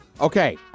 Okay